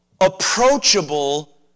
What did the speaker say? approachable